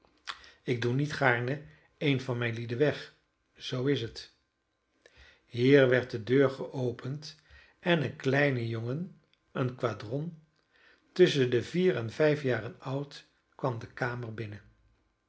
ik doe niet gaarne een van mijne lieden weg zoo is het hier werd de deur geopend en een kleine jongen een quadron tusschen de vier en vijf jaren oud kwam de kamer binnen